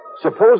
Suppose